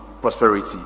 prosperity